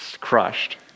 crushed